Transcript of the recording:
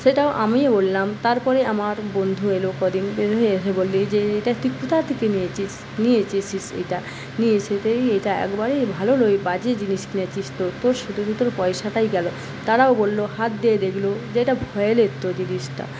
সেটাও আমি বললাম তারপরে আমার বন্ধু এল কদিন পরে এসে বললে যে এটা তুই কোথা থেকে নিয়েছিস নিয়ে এসেছিস এটা একবারেই ভালো নয় বাজে জিনিস কিনেছিস তো তোর শুধু শুধু পয়সাটাই গেলো তারাও বললো হাত দিয়ে দেখলো যে এটা ভয়েলের তো জিনিসটা